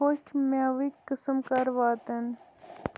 ہوٚکھۍ مٮ۪وٕکۍ قٕسٕم کَر واتَن